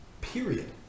Period